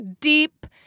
deep